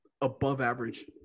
above-average